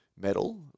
metal